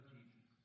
Jesus